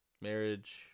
Marriage